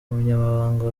umunyamabanga